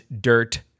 dirt